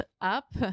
up